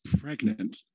pregnant